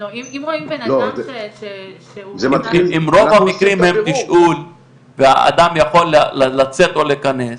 אם רוב המקרים הם תשאול ואדם יכול לצאת או להיכנס?